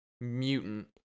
Mutant